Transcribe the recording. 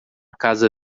casa